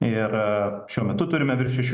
ir šiuo metu turime virš šešių